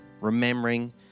remembering